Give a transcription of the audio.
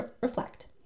reflect